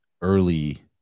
early